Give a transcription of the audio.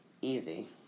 easy